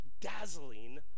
dazzling